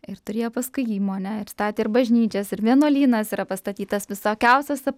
ir turėjo paskui įmonę ir statė ir bažnyčias ir vienuolynas yra pastatytas visokiausiuose